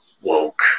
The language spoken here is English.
woke